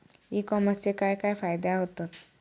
E कॉमर्सचे काय काय फायदे होतत?